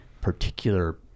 particular